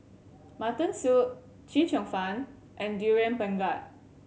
mutton soup Chee Cheong Fun and Durian Pengat